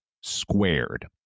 squared